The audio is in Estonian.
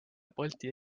balti